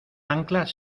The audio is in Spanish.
anclas